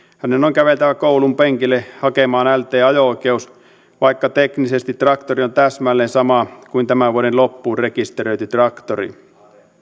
hänen on käveltävä koulunpenkille hakemaan lt ajo oikeus vaikka teknisesti traktori on täsmälleen sama kuin tämän vuoden loppuun rekisteröity traktori